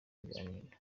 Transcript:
biganiro